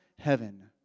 heaven